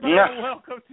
Welcome